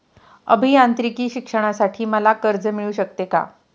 अभियांत्रिकी शिक्षणासाठी मला कर्ज मिळू शकते का?